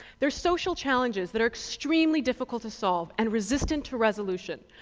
there are social challenges that are extremely difficult to solve and resistent to resolution.